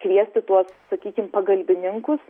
kviesti tuos sakykim pagalbininkus